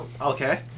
Okay